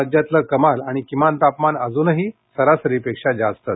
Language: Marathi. राज्यातलं कमाल आणि किमान तापमान अजूनही सरासरीपेक्षा जास्तच